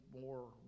more